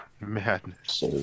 Madness